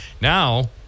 Now